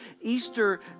Easter